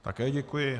Také děkuji.